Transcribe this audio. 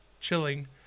Chilling